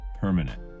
permanent